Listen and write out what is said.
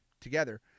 together